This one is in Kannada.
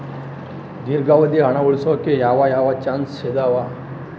ದೇರ್ಘಾವಧಿ ಹಣ ಉಳಿಸೋಕೆ ಯಾವ ಯಾವ ಚಾಯ್ಸ್ ಇದಾವ?